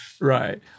Right